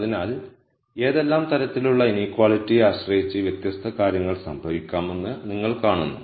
അതിനാൽ ഏതെല്ലാം തരത്തിലുള്ള ഇനീക്വാളിറ്റിയെ ആശ്രയിച്ച് ഈ വ്യത്യസ്ത കാര്യങ്ങൾ സംഭവിക്കാമെന്ന് നിങ്ങൾ കാണുന്നു